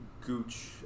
Gooch